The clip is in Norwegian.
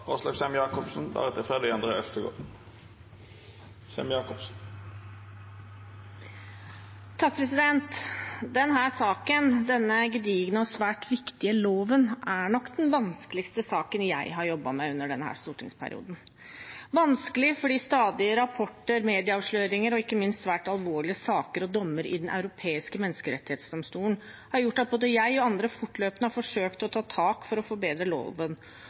saken, denne gedigne og svært viktige loven, er nok den vanskeligste saken jeg har jobbet med i denne stortingsperioden – vanskelig fordi stadige rapporter, medieavsløringer og ikke minst svært alvorlige saker og dommer i Den europeiske menneskerettsdomstol har gjort at både jeg og andre fortløpende har forsøkt å ta tak for å forbedre loven.